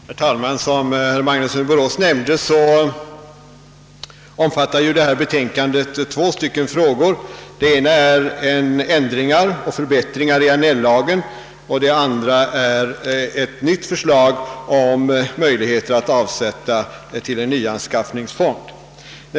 Herr talman! Som herr Magnusson i Borås nämnde behandlar detta betänkande två frågor. Den ena gäller ändringar och förbättringar i den s.k. Annell-lagen och den andra ett nytt förslag om möjliget att avsätta medel till en nyanskaffningsfond.